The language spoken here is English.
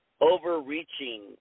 overreaching